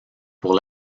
pour